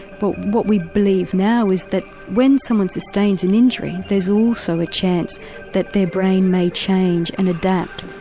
but what we believe now is that when someone sustains an injury there is also a chance that their brain may change and adapt.